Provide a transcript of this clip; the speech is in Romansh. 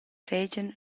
seigien